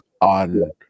on